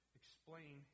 explain